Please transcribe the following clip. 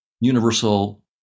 universal